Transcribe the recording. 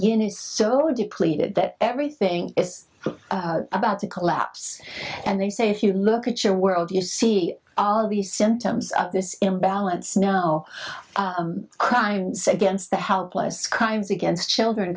units so depleted that everything is about to collapse and they say if you look at your world you see are the symptoms of this imbalance now crimes against the helpless crimes against children